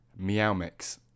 Meowmix